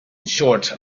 short